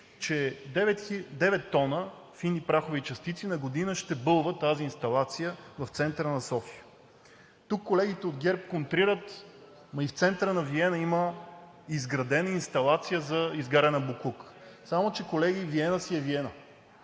девет тона фини прахови частици на година в центъра на София. Тук колегите от ГЕРБ контрират: и в центъра на Виена има изградена инсталация за изгаряне на боклук. Само че, колеги, Виена си е Виена,